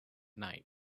night